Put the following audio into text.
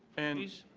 and